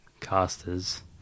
casters